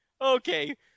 Okay